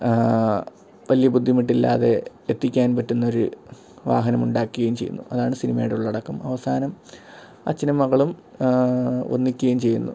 വലിയ ബുദ്ധിമുട്ടില്ലാതെ എത്തിക്കാൻ പറ്റുന്ന ഒരു വാഹനം ഉണ്ടാക്കുകയും ചെയ്യുന്നു അതാണ് സിനിമയുടെ ഉള്ളടക്കം അവസാനം അച്ഛനും മകളും ഒന്നിക്കുകയും ചെയ്യുന്നു